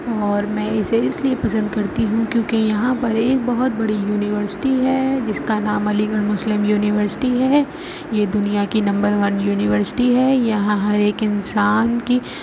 اور میں اسے اس لیے پسند کرتی ہوں کیونکہ یہاں پر ایک بہت بڑی یونیورسٹی ہے جس کا نام علی گڑھ مسلم یونیورسٹی ہے یہ دنیا کی نمبر ون یونیورسٹی ہے یہاں ہر ایک انسان کی